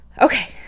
Okay